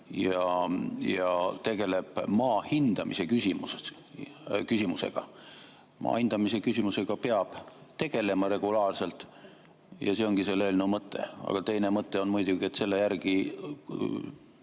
ja tegeleb maa hindamise küsimusega. Maa hindamise küsimusega peab tegelema regulaarselt ja see ongi selle eelnõu mõte. Aga teine mõte on muidugi, et sellest